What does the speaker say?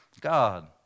God